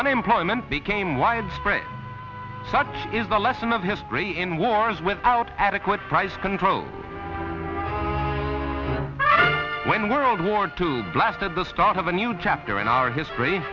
unemployment became widespread such is the lesson of history in wars without adequate price control when world war two blasted the start of a new chapter our history